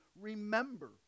remember